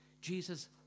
Jesus